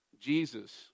Jesus